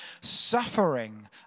suffering